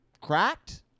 cracked